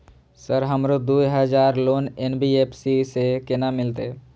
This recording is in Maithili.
सर हमरो दूय हजार लोन एन.बी.एफ.सी से केना मिलते?